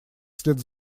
вслед